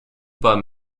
pas